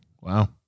Wow